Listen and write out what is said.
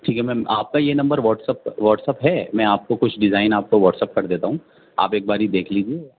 ٹھیک ہے میم آپ کا یہ نمبر واٹسپ واٹسپ ہے میں آپ کو کچھ ڈیزائن آپ کو واٹسپ کر دیتا ہوں آپ ایک بار ہی دیکھ لیجیے